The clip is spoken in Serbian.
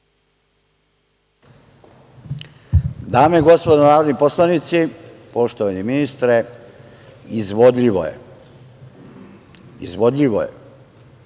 Dame i gospodo narodni poslanici, poštovani ministre, izvodljivo je. Izvodljivo je